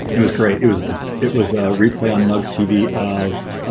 it was great it was a it was a replay on dougs tv of